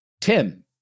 Tim